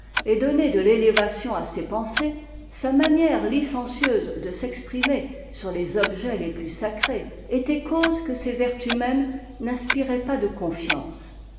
ait donné de l'élévation à ses pensées sa manière licencieuse de s'exprimer sur les objets les plus sacrés était cause que ses vertus mêmes n'inspiraient pas de confiance